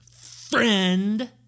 friend